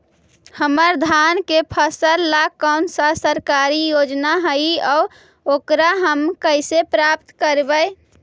हमर धान के फ़सल ला कौन सा सरकारी योजना हई और एकरा हम कैसे प्राप्त करबई?